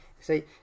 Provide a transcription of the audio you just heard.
See